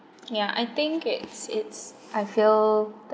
ya I think it's it's I feel